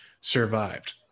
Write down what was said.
survived